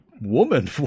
woman